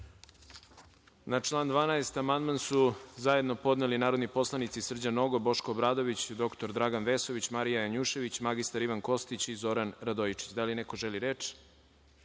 član 12. amandman su zajedno podneli narodni poslanici Srđan Nogo, Boško Obradović, dr Dragan Vesović, Marija Janjušević, mr Ivan Kostić i Zoran Radojičić. Da li neko želi reč?